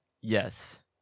Yes